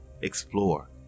Explore